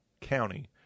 county